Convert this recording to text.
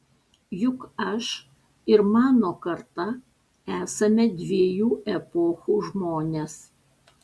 juk aš ir mano karta esame dviejų epochų žmonės